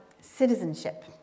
citizenship